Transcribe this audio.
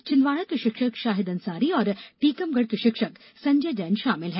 छिंदवाड़ा के शिक्षक शाहिद अंसारी और टीकमगढ़ के शिक्षक संजय जैन शामिल हैं